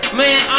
man